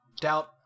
Doubt